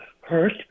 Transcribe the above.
hurt